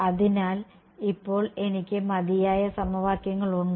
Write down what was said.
അതിനാൽ ഇപ്പോൾ എനിക്ക് മതിയായ സമവാക്യങ്ങൾ ഉണ്ടോ